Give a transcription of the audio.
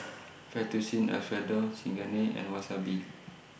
Fettuccine Alfredo Chigenabe and Wasabi